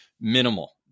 minimal